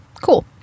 Cool